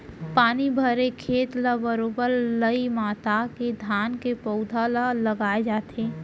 पानी भरे खेत ल बरोबर लई मता के धान के पउधा ल लगाय जाथे